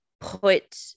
put